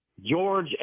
George